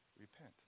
repent